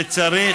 וצריך,